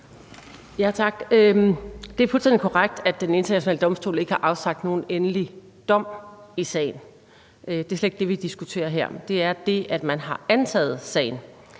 Tak. Det er fuldstændig korrekt, at Den Internationale Domstol ikke har afsagt nogen endelig dom i sagen – det er slet ikke det, vi diskuterer her. Det er det, at man har antaget sagen.